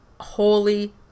Holy